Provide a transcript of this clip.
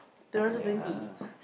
yeah